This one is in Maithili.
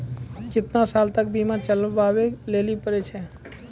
केतना साल तक बीमा चलाबै लेली पड़ै छै?